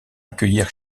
accueillir